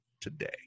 today